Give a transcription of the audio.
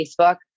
Facebook